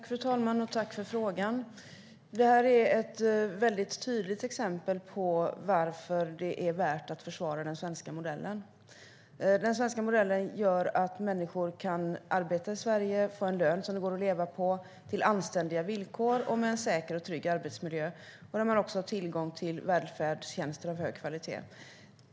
Fru talman! Tack för frågan! Det här är ett väldigt tydligt exempel på varför det är värt att försvara den svenska modellen. Den svenska modellen gör att människor kan arbeta i Sverige och få en lön som det går att leva på och att det är anständiga villkor och en säker och trygg arbetsmiljö. Man har också tillgång till välfärdstjänster av hög kvalitet.